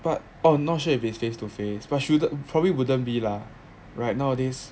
but oh not sure if it's face to face but shouldn't that probably wouldn't be lah right nowadays